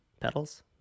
petals